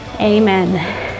amen